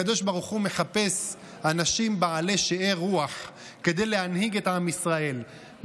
הקדוש ברוך הוא מחפש אנשים בעלי שאר רוח כדי להנהיג את עם ישראל,